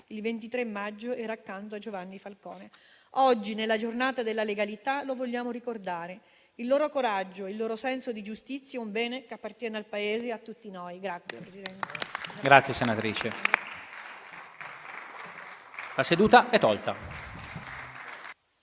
Il 23 maggio era accanto a Giovanni Falcone. Oggi nella Giornata della legalità li vogliamo ricordare. Il loro coraggio e il loro senso di giustizia è un bene che appartiene al Paese e a tutti noi. **Atti